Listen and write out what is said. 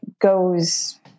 goes